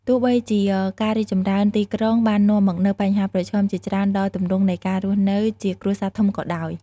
ទោះបីជាការរីកចម្រើនទីក្រុងបាននាំមកនូវបញ្ហាប្រឈមជាច្រើនដល់ទម្រង់នៃការរស់នៅជាគ្រួសារធំក៏ដោយ។